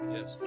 Yes